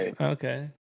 Okay